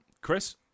Chris